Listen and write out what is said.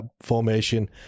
formation